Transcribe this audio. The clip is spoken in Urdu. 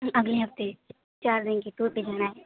اگلے ہفتے چار دِن کی ٹور پہ ہونا ہے